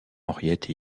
henriette